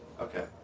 Okay